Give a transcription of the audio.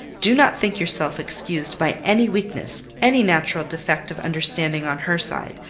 do not think yourself excused by any weakness, any natural defect of understanding on her side,